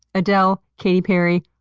adele, katy perry,